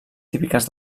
típiques